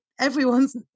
everyone's